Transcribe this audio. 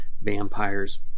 vampires